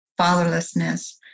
fatherlessness